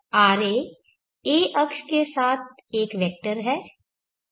ra a अक्ष के साथ एक वेक्टर है